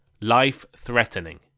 Life-threatening